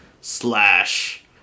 Slash